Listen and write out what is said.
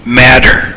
matter